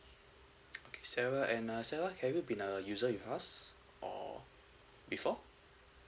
sylvia and uh sylvia have you been a user with us or before